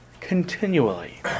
continually